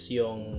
yung